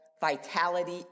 Vitality